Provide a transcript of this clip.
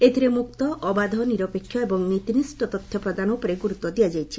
ଏଥିରେ ମୁକ୍ତ ଅବାଧ ନିରପେକ୍ଷ ଏବଂ ନୀତିନିଷ୍ଟ ତଥ୍ୟ ପ୍ରଦାନ ଉପରେ ଗୁରୁତ୍ୱ ଦିଆଯାଇଛି